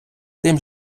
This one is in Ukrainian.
тим